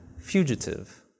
fugitive